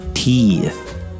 Teeth